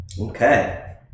Okay